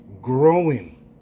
growing